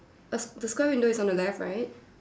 a s~ the square window is on the left right